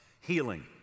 healing